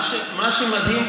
מה שמדהים,